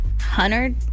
Hunter-